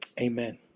amen